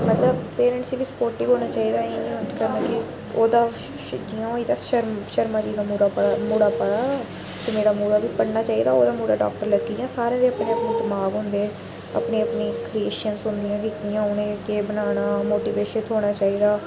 मतलब पेरेंट्स गी बी सपोटिव होना चाहि्दा इ'यां आखना मिगी ओह्दा जियां होई गेदा शर्म शर्मा जी मुड़ा पढ़ा दा ते मेरा मुड़ा बी पढ़ना चाहि्दा ओह्दा मुड़ा डॉक्टर लग्गी गेआ साढ़ा मुड़ा बी अपने अपने दमाग होंदे अपनी अपनी क्रियेशन होंदियां कियां उनें गी केह् बनाना मोटिवेशन थ्होना चाहिदा